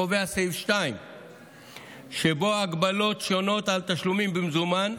קובע בסעיף 2 שבו הגבלות שונות על תשלומים במזומן,